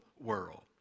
world